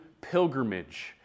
pilgrimage